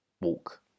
walk